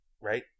right